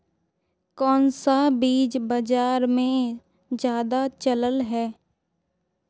कोन सा बीज बाजार में ज्यादा चलल है?